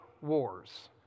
wars